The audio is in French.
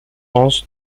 hans